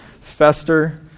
fester